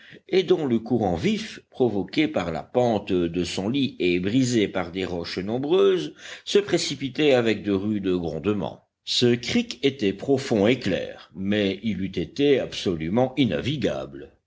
et dont le courant vif provoqué par la pente de son lit et brisé par des roches nombreuses se précipitait avec de rudes grondements ce creek était profond et clair mais il eût été absolument innavigable